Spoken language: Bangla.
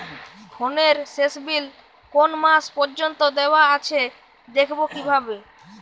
ফোনের শেষ বিল কোন মাস পর্যন্ত দেওয়া আছে দেখবো কিভাবে?